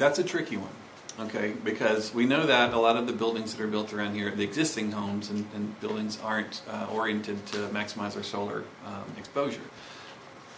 that's a tricky one ok because we know that a lot of the buildings are built around here the existing homes and buildings aren't oriented to maximize or solar exposure